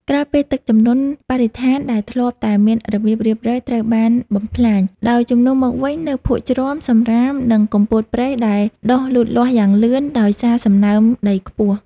ក្រោយពេលទឹកជំនន់ បរិស្ថានដែលធ្លាប់តែមានរបៀបរៀបរយត្រូវបានបំផ្លាញ ដោយជំនួសមកវិញនូវភក់ជ្រាំ សម្រាម និងគុម្ពោតព្រៃដែលដុះលូតលាស់យ៉ាងលឿនដោយសារសំណើមដីខ្ពស់។